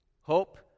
Hope